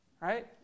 right